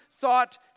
thought